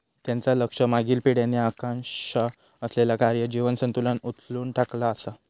त्यांचा लक्ष मागील पिढ्यांनी आकांक्षा असलेला कार्य जीवन संतुलन उलथून टाकणा असा